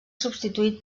substituït